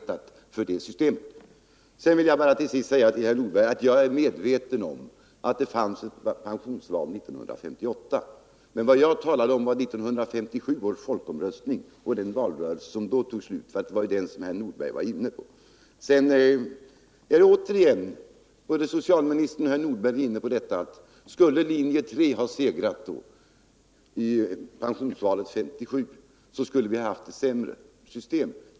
Till sist vill jag bara säga till herr Nordberg att jag är medveten om att det fanns ett pensionsförslag 1958. Men vad jag talade om var 1957 års folkomröstning och den valrörelse som då tog slut. Det var ju detta som herr Nordberg var inne på. Sedan kom både socialministern och herr Nordberg återigen in på att om linje 3 skulle ha segrat i pensionsvalet 1957 skulle vi haft ett sämre system.